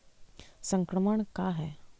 संक्रमण का है?